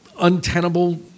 untenable